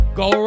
go